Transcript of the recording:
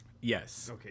Yes